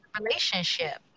relationship